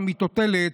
וסגרו מפעל בירושלים,